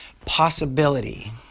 possibility